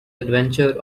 adventure